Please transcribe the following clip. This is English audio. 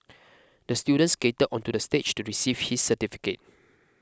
the student skated onto the stage to receive his certificate